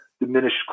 Diminished